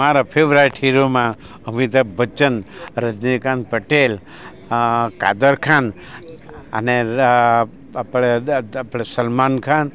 મારા ફેવરાઈટ હીરોમાં અમિતાભ બચ્ચન રજનીકાંત પટેલ કાદર ખાન અને આપણે સલમાન ખાન